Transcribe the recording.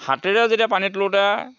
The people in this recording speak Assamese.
হাতেৰে যেতিয়া পানী তোলোঁতে